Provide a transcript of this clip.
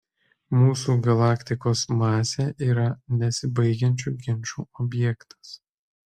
mūsų galaktikos masė yra nesibaigiančių ginčų objektas